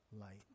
light